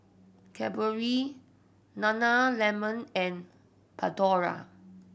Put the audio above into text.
Cadbury Nana Lemon and Pandora